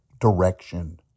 direction